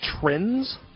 trends